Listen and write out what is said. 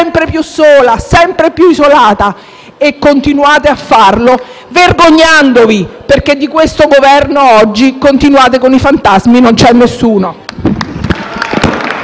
continuate a farlo vergognandovi, perché di questo Governo oggi - poiché continuate con i fantasmi - non c'è nessuno.